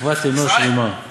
שתקוות אנוש רימה." ישראל,